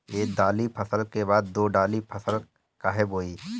एक दाली फसल के बाद दो डाली फसल काहे बोई?